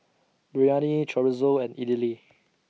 Biryani Chorizo and Idili